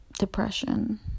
depression